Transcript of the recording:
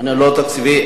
לא תקציבי.